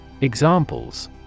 examples